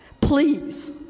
Please